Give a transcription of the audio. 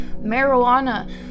marijuana